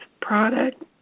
product